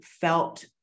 felt